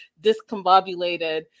discombobulated